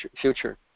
future